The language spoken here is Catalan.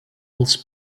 els